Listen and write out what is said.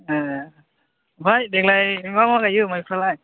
ए आमफ्राय देग्लाय मा मा गायो माइफ्रालाय